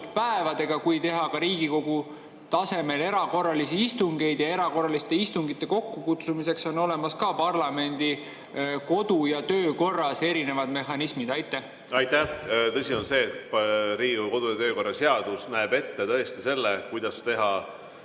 päevadega, kui teha ka Riigikogu tasemel erakorralisi istungeid? Erakorraliste istungite kokkukutsumiseks on olemas parlamendi kodu- ja töökorras erinevad mehhanismid. Aitäh! Tõsi on see, et Riigikogu kodu- ja töökorra seadus näeb ette tõesti selle, kuidas seda